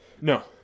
No